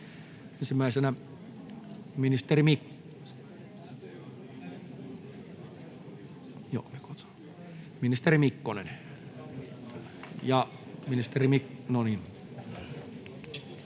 Ensimmäisenä ministeri Mikkonen.